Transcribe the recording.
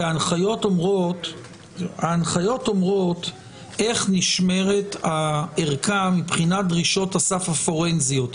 כי ההנחיות אומרות איך נשמרת הערכה מבחינת דרישות הסף הפורנזיות.